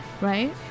right